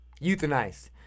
Euthanized